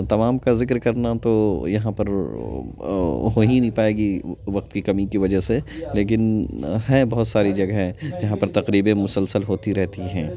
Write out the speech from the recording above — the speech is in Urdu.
تمام کا ذکر کرنا تو یہاں پر ہو ہی نہیں پائے گی وقت کی کمی کی وجہ سے لیکن ہیں بہت ساری جگہیں جہاں پر تقریبیں مسلسل ہوتی رہتی ہیں